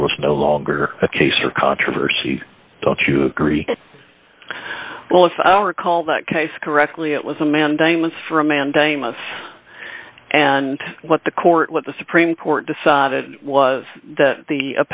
that there was no longer a case or controversy don't you agree well if i recall that case correctly it was a mandamus for a mandamus and what the court what the supreme court decided was that the